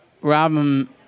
Robin